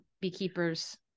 beekeeper's